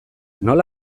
nola